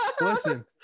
Listen